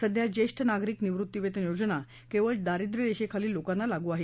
सध्या ज्येष्ठ नागरिक निवृत्तीवेतन योजना केवळ दारिद्र्यरेषेखालील लोकांना लागू आहे